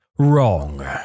Wrong